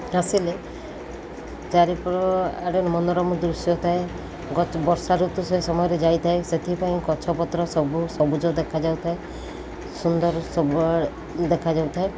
ଆସିଲେ ଚାରିପୁର ଆଡ଼େ ମନୋରମ ଦୃଶ୍ୟ ଥାଏ ବର୍ଷା ଋତୁ ସେ ସମୟରେ ଯାଇଥାଏ ସେଥିପାଇଁ ଗଛ ପତ୍ର ସବୁ ସବୁଜ ଦେଖାଯାଉଥାଏ ସୁନ୍ଦର ସବୁ ଦେଖାଯାଉଥାଏ